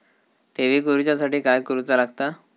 ठेवी करूच्या साठी काय करूचा लागता?